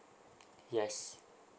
yes